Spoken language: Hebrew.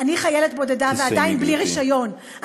אני חיילת בודדה ועדיין בלי רישיון, תסיימי,